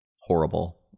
horrible